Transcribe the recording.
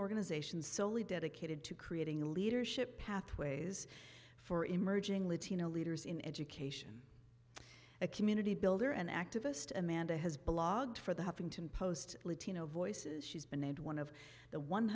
organization solely dedicated to creating leadership pathways for emerging latino leaders in education a community builder and activist amanda has blogged for the huffington post latino voices she's been named one of the one